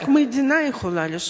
רק המדינה יכולה לשמור.